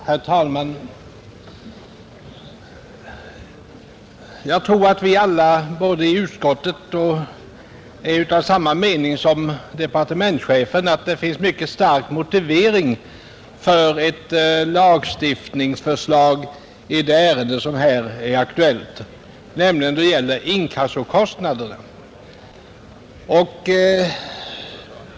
Herr talman! Jag tror att vi alla i utskottet är av samma uppfattning som departementschefen, att det finns en mycket stark motivering för ett lagstiftningsförslag i det ärende, nämligen inkassokostnaderna, som här är aktuellt.